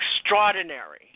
extraordinary